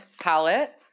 palette